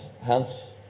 hence